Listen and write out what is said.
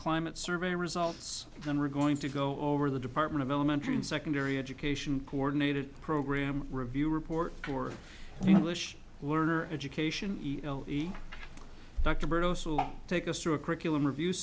climate survey results then we're going to go over the department of elementary and secondary education coordinated program review report for learner education dr berger take us through a curriculum review